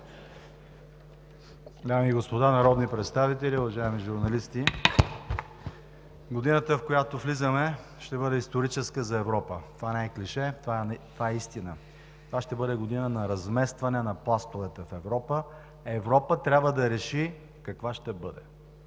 Дами и господа народни представители, уважаеми журналисти! Годината, в която влизаме, ще бъде историческа за Европа. Това не е клише, това е истина. Това ще бъде година на разместване на пластовете в Европа. Европа трябва да реши каква ще бъде: